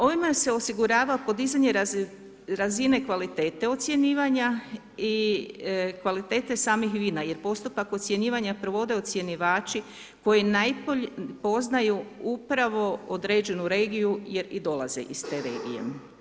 Ovime se osigurava podizanje razine kvalitete ocjenjivanja i kvalitete samih vina jer postupak ocjenjivanja provode ocjenjivači koji najbolje poznaju upravo određenu regiju jer i dolaze iz te regije.